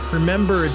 remember